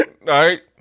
right